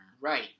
Right